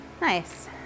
Nice